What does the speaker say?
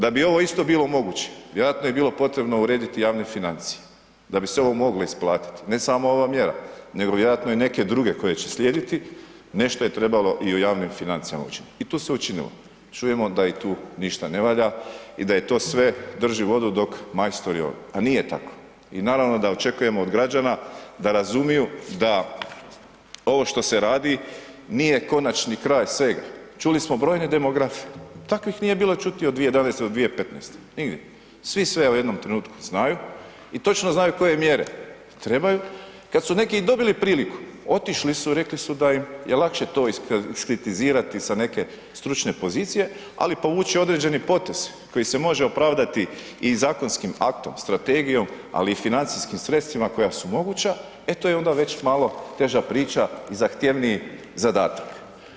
Da bi ovo isto bilo moguće vjerojatno je bilo potrebno urediti javne financije, da bi se ovo moglo isplatiti, ne samo ova mjera, nego vjerojatno i neke druge koje će slijediti, nešto je trebalo i u javnim financijama učiniti i to se učinilo, čujemo da i tu ništa ne valja i da je to sve drži vodu dok majstori odu, a nije tako i naravno da očekujemo od građana da razumiju da ovo što se radi nije konačni kraj svega čuli smo brojne demografe, takvih nije bilo čuti od 2011. do 2015. nigdje, svi sve u jednom trenutku i točno znaju koje mjere trebaju i kad su neki i dobili priliku, otišli su i rekli su da im je lakše to iskritizirati sa neke stručne pozicije ali povući određeni potez koji se može opravdati i zakonskim aktom, strategijom ali i financijskim sredstvima koja su moguća, e to je onda već malo teža priča i zahtjevniji zadatak.